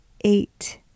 eight